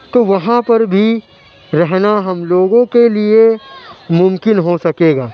تو وہاں پر بھی رہنا ہم لوگوں کے لیے ممکن ہو سکے گا